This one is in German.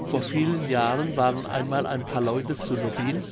vor vielen jahren waren einmal ein paar leute zu nobbin